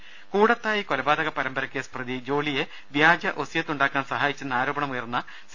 പുറപ്പെട്ടത്ത കൂടത്തായി കൊലപാതക പരമ്പരക്കേസ് പ്രതി ജോളിയെ വ്യാജ ഒസ്യത്ത് ഉണ്ടാക്കാൻ സഹായിച്ചെന്ന് ആരോപണമുയർന്ന സി